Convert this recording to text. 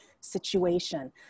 situation